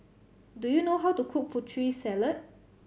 do you know how to cook Putri Salad